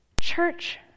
Church